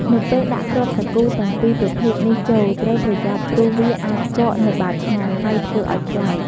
នៅពេលដាក់គ្រាប់សាគូទាំងពីរប្រភេទនេះចូល ត្រូវប្រយ័ត្នព្រោះវាអាចកកនៅបាតឆ្នាំង ហើយធ្វើឱ្យខ្លោច។